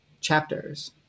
chapters